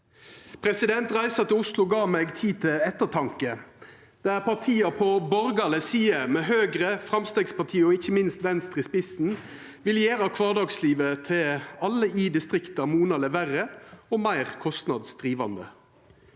debatt. Reisa til Oslo gav meg tid til ettertanke. Partia på borgarleg side, med Høgre, Framstegspartiet og ikkje minst Venstre i spissen, vil gjera kvardagslivet til alle i distrikta monaleg verre og meir kostnadsdrivande.